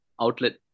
outlet